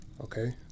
Okay